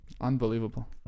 Unbelievable